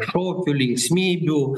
šokių linksmybių